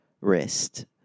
wrist